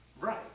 Right